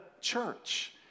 church